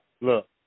look